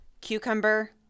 cucumber